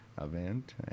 event